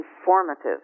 informative